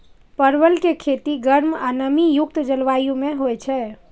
परवल के खेती गर्म आ नमी युक्त जलवायु मे होइ छै